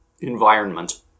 environment